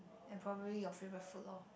and probably your favourite food lor